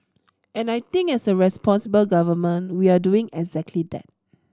and I think as a responsible government we're doing exactly that